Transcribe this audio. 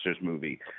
movie